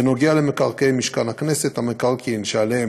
אשר למקרקעי משכן הכנסת, המקרקעין שעליהם